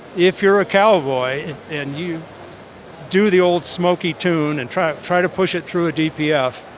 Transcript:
if you're a cowboy and you do the old smokey tune and try try to push it through a dpf,